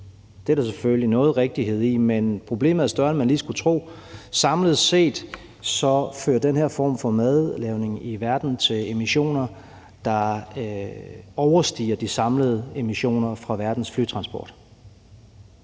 Det er der selvfølgelig noget rigtighed i, men problemet er større, end man lige skulle tro. Samlet set fører den her form for madlavning i verden til emissioner, der overstiger de samlede emissioner fra verdens flytransport.